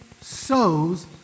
sows